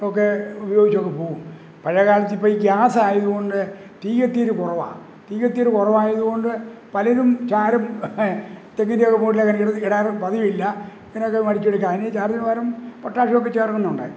അതൊക്കെ ഉപയോഗിച്ചങ്ങ് പോവും പഴയകാലത്തിപ്പോള് ഈ ഗ്യാസായത് കൊണ്ട് തീ കത്തീര് കുറവാണ് തീ കത്തീര് കുറവായതുകൊണ്ട് പലരും ചാരം തെങ്ങിൻ്റെ ഒക്കെ മൂട്ടിലങ്ങനെ ഇട് ഇടാറ് പതിവില്ല ഇങ്ങനെയൊക്കെ വടിച്ചെടുക്കാം അതിനീ ചാരത്തിനുപകരം പൊട്ടാഷ്യമൊക്കെ ചേർക്കുന്നുണ്ട്